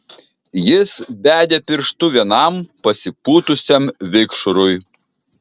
jis bedė pirštu vienam pasipūtusiam vikšrui